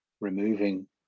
removing